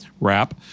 wrap